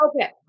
Okay